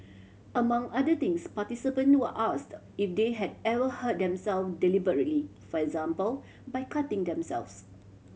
among other things participant were asked if they had ever hurt themselves deliberately for example by cutting themselves